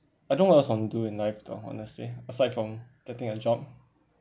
I don't know what else I want to do in life though honestly aside from getting a job